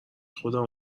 خودمو